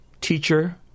teacher